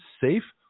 safe